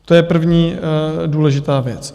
To je první důležitá věc.